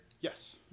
yes